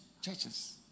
churches